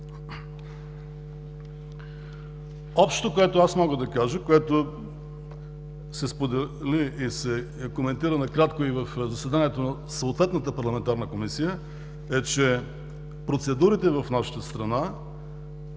Общото, което мога да кажа, което се сподели и се коментира накратко и в заседанието на съответната парламентарна комисия, е, че процедурите в нашата страна